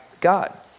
God